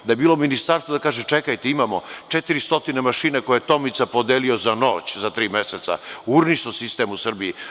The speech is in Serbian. Da je bilo Ministarstvo da kaže – čekajte, imamo 400 stotine mašina koje je Tomica podelio za noć, za tri meseca, urnisao sistem u Srbiji.